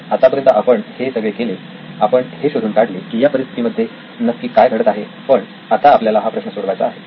तर आतापर्यंत आपण हे सगळे केले आपण हे शोधून काढले की या परिस्थितीमध्ये नक्की काय घडत आहे पण आता आपल्याला हा प्रश्न सोडवायचा आहे